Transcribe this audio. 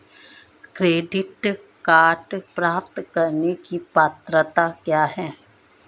Credit card प्राप्त करने की पात्रता क्या है?